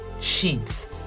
sheets